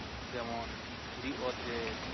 ᱡᱮᱢᱚᱱ ᱫᱷᱤᱨᱤ ᱚᱛᱨᱮ